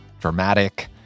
dramatic